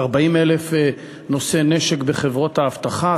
40,000 נושאי נשק בחברות האבטחה.